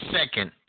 second